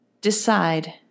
Decide